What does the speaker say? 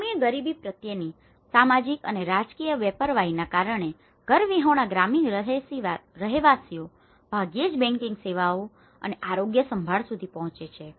ગ્રામીણ ગરીબી પ્રત્યેની સામાજિક અને રાજકીય બેપરવાઈના કારણે ઘરવિહોણા ગ્રામીણ રહેવાસીઓ ભાગ્યે જ બેન્કિંગ સેવાઓ અને આરોગ્ય સંભાળ સુધી પહોંચે છે